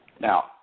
Now